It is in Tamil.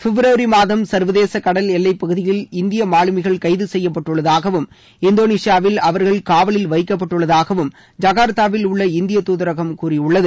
பிப்ரவரி மாதம் சர்வதேச கடல் எல்லைப்பகுதியில் இந்திய மாலுமிகள் கைது செய்யப்பட்டுள்ளதாகவும் இந்தோனேஷியாவில் அவர்கள் காவலில் வைக்கப்பட்டுள்ளதாகவும் ஐகார்த்தாவில் உள்ள இந்திய தூதரகம் கூறியுள்ளது